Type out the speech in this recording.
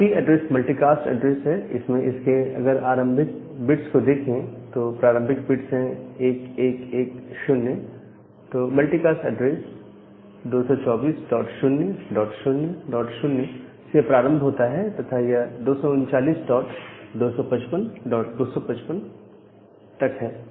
class D address multicast address है जिसमें इसके अगर प्रारंभिक बिट्स को देखें तो प्रारंभिक बिट्स है 1110 तो मल्टीकास्ट ऐड्रेस 224000 से प्रारंभ होता है तथा यह 239255255 तक है